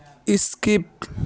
skip